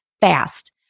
fast